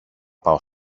πάω